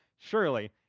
surely